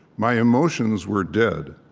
my emotions were dead.